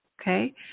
okay